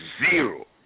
zero